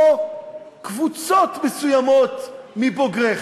או קבוצות מסוימות מבוגריך,